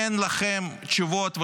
אין לכם תשובות,